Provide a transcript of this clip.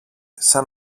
σαν